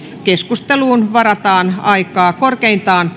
keskusteluun varataan aikaa korkeintaan